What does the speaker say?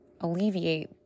alleviate